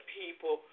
people